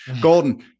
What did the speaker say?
Golden